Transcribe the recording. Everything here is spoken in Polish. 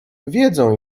wiedzą